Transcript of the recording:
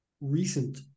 recent